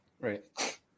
Right